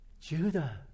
Judah